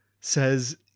says